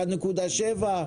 1.7?